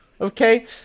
Okay